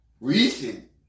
recent